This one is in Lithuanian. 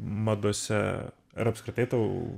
madose ar apskritai tau